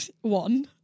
one